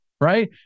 right